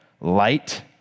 light